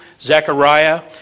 Zechariah